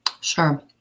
Sure